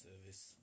service